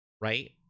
Right